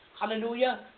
hallelujah